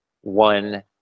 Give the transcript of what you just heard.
one